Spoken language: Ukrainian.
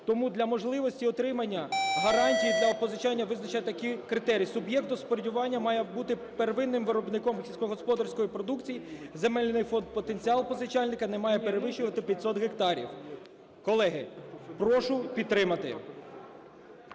Тому для можливості отримання гарантій для позичання визначено такі критерії: суб'єкт господарювання має бути первинним виробником сільськогосподарської продукції, земельний фонд потенціал позичальника не має перевищувати 500 гектарів. Колеги, прошу підтримати.